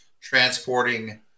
transporting